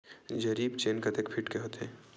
जरीब चेन कतेक फीट के होथे?